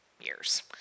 years